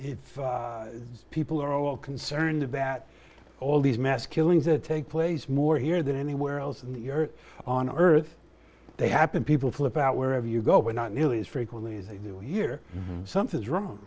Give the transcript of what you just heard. if people are all concerned about all these mass killings that take place more here than anywhere else in the earth on earth they happen people flip out wherever you go where not nearly as frequently as they do here something's wrong